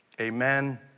amen